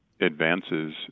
advances